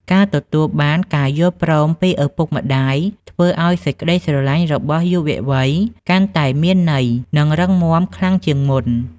ការទទួលបានការយល់ព្រមពីឪពុកម្ដាយ ធ្វើឱ្យសេចក្ដីស្រឡាញ់របស់យុវវ័យកាន់តែមានន័យ និងរឹងមាំខ្លាំងជាងមុន។